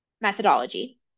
methodology